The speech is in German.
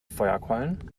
feuerquallen